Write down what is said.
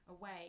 away